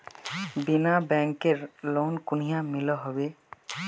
बिना बैंकेर लोन कुनियाँ मिलोहो होबे?